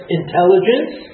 intelligence